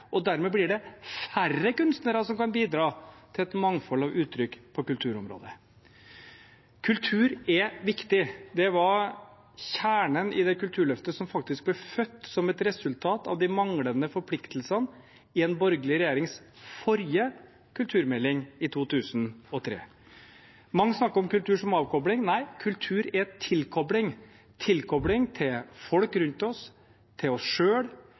Finansdepartementet. Dermed blir det færre kunstnere som kan bidra til et mangfold av uttrykk på kulturområdet. Kultur er viktig. Det var kjernen i Kulturløftet, som faktisk ble født som et resultat av de manglende forpliktelsene i en borgerlig regjerings forrige kulturmelding i 2003. Mange snakker om kultur som avkobling. Nei, kultur er tilkobling – tilkobling til folk rundt oss, til oss